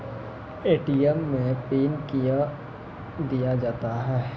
ATM मे PIN कयो दिया जाता हैं?